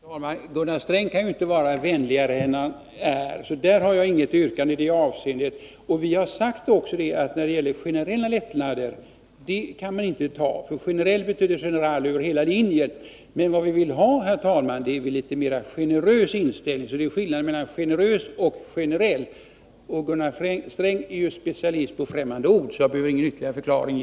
Herr talman! Gunnar Sträng kan ju inte vara vänligare än han är. I det avseendet har jag alltså inget yrkande. Vi har också sagt att vi inte kan vara med om några generella lättnader — då blir det fråga om lättnader över hela linjen. Men vad vi vill ha, herr talman, är en mera generös inställning. Det är alltså fråga om skillnaden mellan ”generös” och ”generell”. Gunnar Sträng är ju specialist på främmande ord, och därför behöver jag inte ge någon ytterligare förklaring.